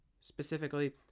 Specifically